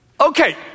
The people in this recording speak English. Okay